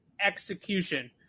execution